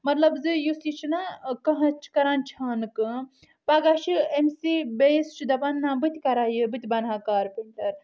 مطلب زِ یُس یہِ چھُ نا کانٛہہ چھُ کران چھانہٕ کٲم پگاہ چھُ أمسی بیٚیِس چھُ دپان نہ بہٕ تہِ کرہا یہِ بہٕ تہِ بنہا کارپیٚنٹر